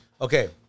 Okay